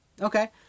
Okay